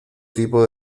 tipo